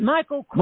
Michael